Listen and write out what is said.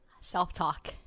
Self-talk